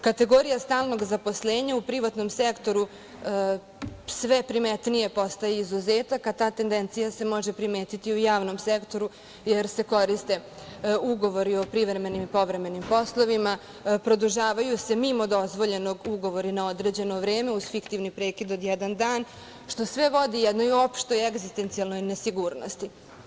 Kategorija stalnog zaposlenja u privatnom sektoru sve primetnije postaje izuzetak, a ta tendencija se može primetiti i u javnom sektoru, jer se koriste ugovori o privremenim i povremenim poslovima, produžavaju se mimo dozvoljenog ugovori na određeno vreme, uz fiktivni prekid od jedan dan, što sve vodi jednoj opštoj egzistencijalnoj nesigurnosti.